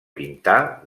pintar